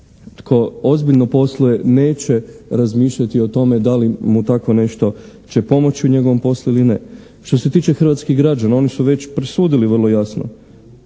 tko ozbiljno posluje neće razmišljati o tome da li mu takvo nešto će pomoći u njegovom poslu ili ne. Što se tiče hrvatskih građana oni su već presudili vrlo jasno.